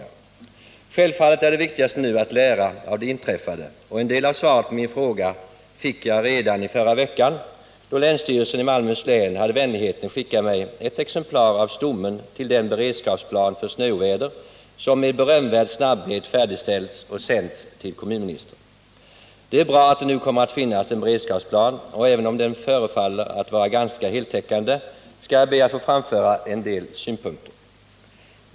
Självfallet är det viktigaste nu att lära av det inträffade. En del av svaret på min fråga fick jag redan i förra veckan, då länsstyrelsen i Malmöhus län hade vänligheten skicka mig ett exemplar av stommen till den beredskapsplan för snöoväder som med berömvärd snabbhet färdigställts och sänts till kommunministern. Det är bra att det nu kommer att finnas en beredskapsplan, men även om den förefaller att vara ganska heltäckande skall jag be att få framföra en del synpunkter.